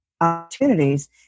opportunities